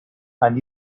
and